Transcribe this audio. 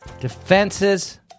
defenses